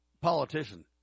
politician